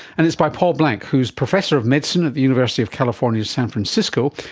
and it's by paul blanc who is professor of medicine at the university of california, san francisco,